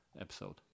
episode